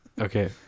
Okay